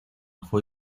fue